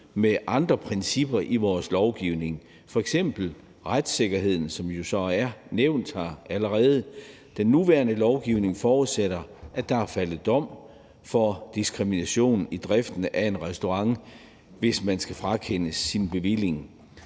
med andre principper i vores lovgivning, f.eks. retssikkerheden, som allerede er blevet nævnt. Den nuværende lovgivning forudsætter, at der er faldet en dom for diskrimination i forbindelse med driften af en restaurant, hvis bevillingen skal frakendes.